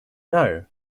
know